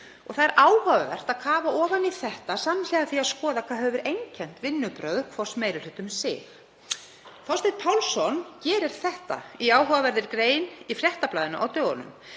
Það er áhugavert að kafa ofan í þetta samhliða því að skoða hvað hefur einkennt vinnubrögð hvors meiri hluta um sig. Þorsteinn Pálsson gerir það í áhugaverðri grein í Fréttablaðinu á dögunum.